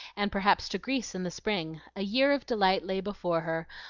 and perhaps to greece in the spring. a year of delight lay before her,